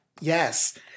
Yes